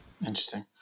Interesting